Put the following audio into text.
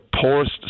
poorest